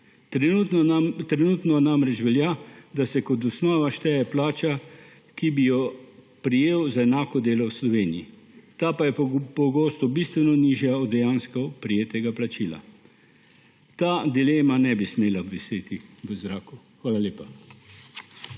Trenutno namreč velja, da se kot osnova šteje plača, ki bi jo prejel za enako delo v Sloveniji; ta pa je pogosto bistveno nižja od dejansko prejetega plačila. Ta dilema ne bi smela obviseti v zraku. Hvala lepa.